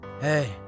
Hey